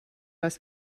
als